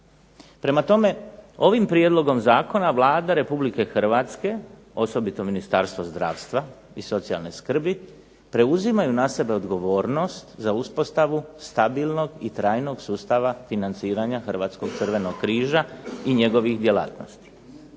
Prema tome ovim prijedlogom zakona Vlada Republike Hrvatske, osobito Ministarstvo zdravstva i socijalne skrbi preuzimaju na sebe odgovornost za uspostavu stabilnog i trajnog sustava financiranja Hrvatskog crvenog križa i njegovih djelatnosti,